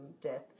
death